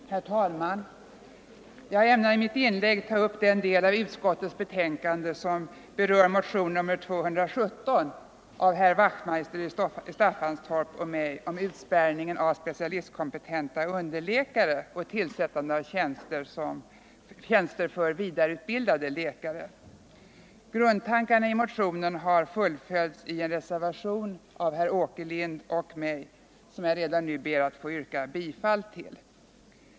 Herr talman! Jag ämnar i mitt inlägg ta upp den del av utskottets betänkande som berör motionen 217 av herr Wachtmeister i Staffanstorp och mig om utspärrning av specialistkompetenta underläkare och tillsättande av tjänster för vidareutbildade läkare. Grundtankarna i motionen har fullföljts i en reservation av herr Åkerlind och mig som jag redan nu ber att få yrka bifall till.